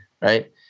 right